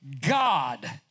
God